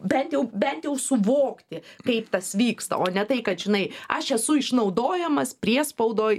bent jau bent jau suvokti kaip tas vyksta o ne tai kad žinai aš esu išnaudojamas priespaudoj